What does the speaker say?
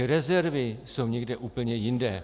Rezervy jsou někde úplně jinde.